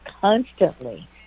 constantly